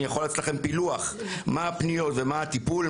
אני יכול לתת לכם פילוח מה הפניות ומה הטיפול.